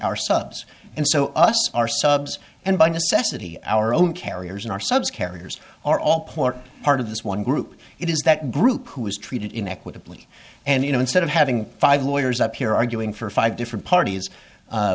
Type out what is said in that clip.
subs and so us are subs and by necessity our own carriers in our subs carriers are all port part of this one group it is that group who is treated in equitably and you know instead of having five lawyers up here arguing for five different parties